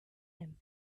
him